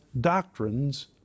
doctrines